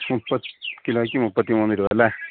മുപ്പത് കിലോയ്ക്ക് മുപ്പത്തിമൂന്ന് രൂപയല്ലേ